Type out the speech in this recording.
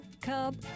cub